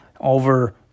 over